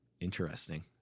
Interesting